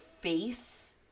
face